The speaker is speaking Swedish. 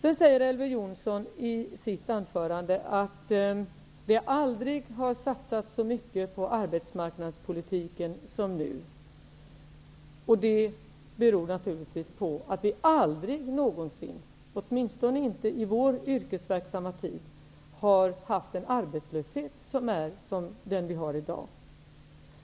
Elver Jonsson säger att det aldrig har satsats så mycket på arbetsmarknadspolitiken som nu. Det beror naturligtvis på att arbetslösheten aldrig någonsin -- åtminstone inte under vår yrkesverksamma tid -- har varit så stor som den är i dag.